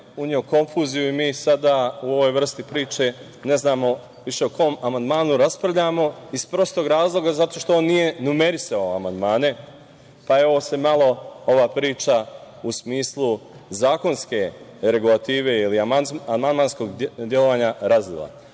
uneo konfuziju i mi sada u ovoj vrsti priče ne znamo više o kom amandmanu raspravljamo, iz prostog razloga zato što on nije numerisao amandmane, pa se malo ova priča, u smislu zakonske regulative ili amandmanskog delovanja, razlila.